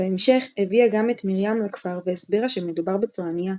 בהמשך הביאה גם את מרים לכפר והסבירה שמדובר בצועניה.